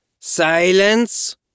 Silence